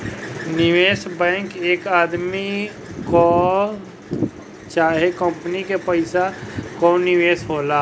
निवेश बैंक एक आदमी कअ चाहे कंपनी के पइसा कअ निवेश होला